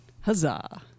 huzzah